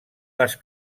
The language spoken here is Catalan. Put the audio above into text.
les